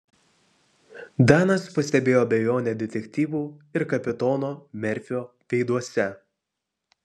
danas pastebėjo abejonę detektyvų ir kapitono merfio veiduose